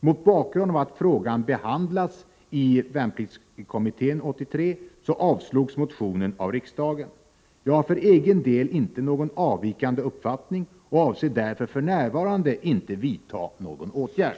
Mot bakgrund av att frågan behandlas i VK-83 avslogs motionen av riksdagen. Jag har för egen del inte någon avvikande uppfattning och avser därför inte att för närvarande vidta någon åtgärd.